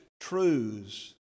truths